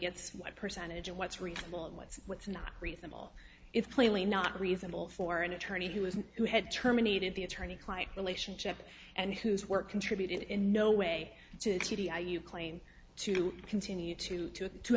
gets why percentage of what's reasonable and what's what's not reasonable is clearly not reasonable for an attorney who has who had terminated the attorney client relationship and whose work contributed in no way to you claim to continue to to to